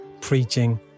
preaching